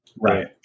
Right